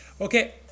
Okay